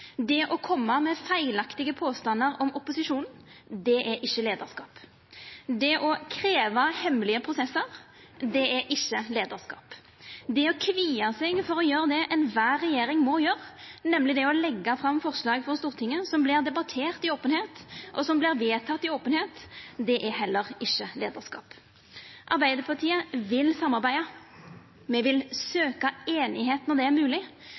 Det å koma med feilaktige påstandar om opposisjonen er ikkje leiarskap. Det å krevja hemmelege prosessar er ikkje leiarskap. Det å kvida seg for å gjera det kvar regjering må gjera, nemleg å leggja fram forslag for Stortinget som vert debatterte i openheit, og som vert vedtekne i openheit, er heller ikkje leiarskap. Arbeidarpartiet vil samarbeida. Me vil søkja einigheit når det er